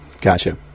Gotcha